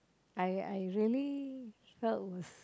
I I really felt